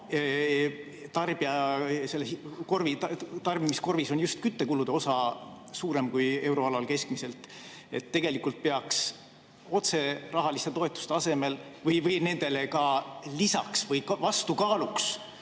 tarbimiskorvis on just küttekulude osa suurem kui euroalal keskmiselt. Tegelikult peaks rahaliste otsetoetuste asemel või nendele lisaks või vastukaaluks